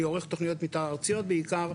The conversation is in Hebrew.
אני עורך תוכניות מתאר ארציות בעיקר.